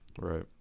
right